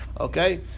Okay